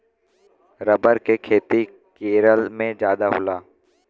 rubber के खेती केरल में जादा होला